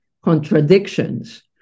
contradictions